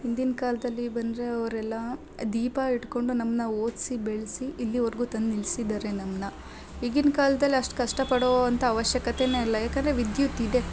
ಹಿಂದಿನ ಕಾಲದಲ್ಲಿ ಬಂದರೆ ಅವರೆಲ್ಲ ದೀಪ ಇಟ್ಕೊಂಡು ನಮ್ಮನ್ನ ಓದಿಸಿ ಬೆಳೆಸಿ ಇಲ್ಲಿವರೆಗೂ ತಂದು ನಿಲ್ಲಿಸಿದ್ದಾರೆ ನಮ್ಮನ್ನ ಈಗಿನ ಕಾಲ್ದಲ್ಲಿ ಅಷ್ಟು ಕಷ್ಟಪಡುವಂಥ ಆವಶ್ಯಕತೆನೇ ಇಲ್ಲ ಯಾಕಂದರೆ ವಿದ್ಯುತ್ ಇದೆ